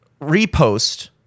repost